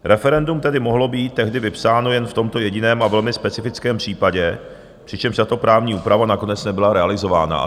Referendum tedy mohlo být tehdy vypsáno jen v tomto jediném a velmi specifickém případě, přičemž tato právní úprava nakonec nebyla realizována.